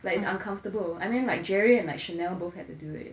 like it's uncomfortable I mean like jerry and like chanel both had to do it